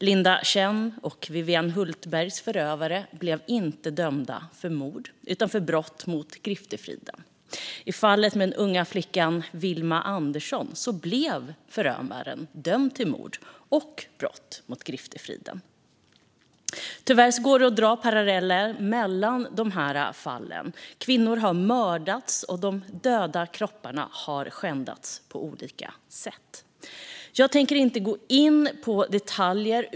Linda Chens och Vivian Hultbergs förövare blev inte dömda för mord utan för brott mot griftefriden. I fallet med den unga flickan Wilma Andersson blev förövaren dömd till mord och brott mot griftefriden. Tyvärr går det att dra paralleller mellan de här fallen. Kvinnor har mördats, och de döda kropparna har skändats på olika sätt. Jag tänker inte gå in på detaljer.